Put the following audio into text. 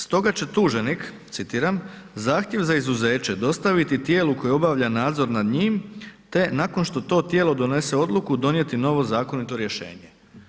Stoga će tuženik, citiram, zahtjev za izuzeće dostaviti tijelu koje obavlja nadzor nad njim, te nakon što to tijelo donese odluku, donijeti novo zakoniti rješenje.